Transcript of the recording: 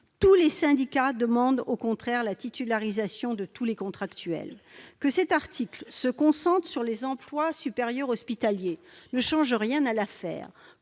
des syndicats demandent au contraire la titularisation de tous les contractuels. Que cet article se concentre sur les emplois supérieurs hospitaliers ne change rien à l'affaire.